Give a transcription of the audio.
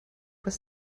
was